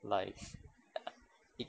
life in~